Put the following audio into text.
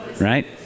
right